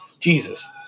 Jesus